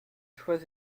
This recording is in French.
choix